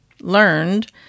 learned